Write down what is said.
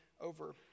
over